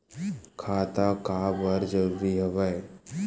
खाता का बर जरूरी हवे?